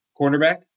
cornerback